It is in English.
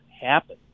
happen